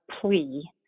plea